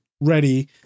ready